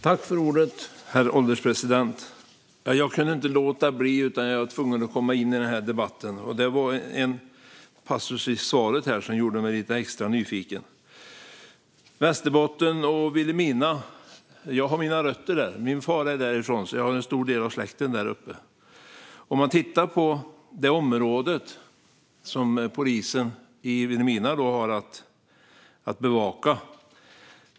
Herr ålderspresident! Jag kunde inte låta bli utan var tvungen att komma in i debatten. Det var en passus i svaret som gjorde mig lite extra nyfiken. Jag har mina rötter i Västerbotten och Vilhelmina. Min far är därifrån, så jag har en stor del av släkten där uppe. Man kan titta på det område som polisen i Vilhelmina har att bevaka.